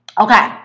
Okay